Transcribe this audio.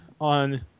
on